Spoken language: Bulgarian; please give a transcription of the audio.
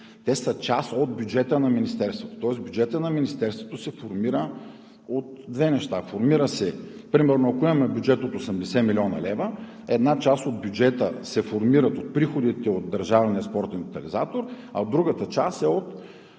са част от бюджета на Министерството. Тоест бюджетът на Министерството се формира от две неща: примерно, ако имаме бюджет от 80 млн. лв., една част от бюджета се формира от приходите от Държавния спортен тотализатор, а другата част – от